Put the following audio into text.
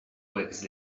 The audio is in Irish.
buíochas